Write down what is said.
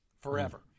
forever